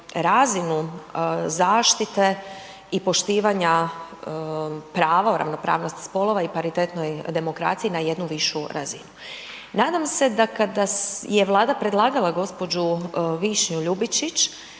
razinu zaštite i poštivanja prava o ravnopravnosti spolova i paritetnoj demokraciji na jednu višu razinu. Nadam se da kada je Vlada predlagala gđu. Višnju Ljubičić